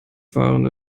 waren